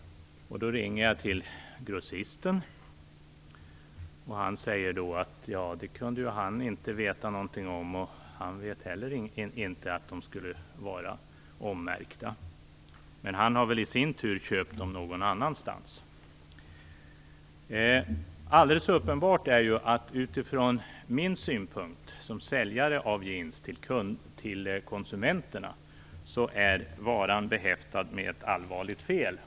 Då ringer jag till grossisten, som säger att han inte kunde veta någonting om det här, och han vet inte att jeansen är ommärkta. Men han har ju i sin tur köpt dem någon annanstans. Alldeles uppenbart är ju att utifrån min synpunkt som säljare av jeans till konsumenterna är varan behäftad med ett allvarligt fel.